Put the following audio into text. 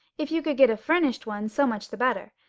if you could get a furnished one so much the better,